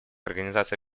организации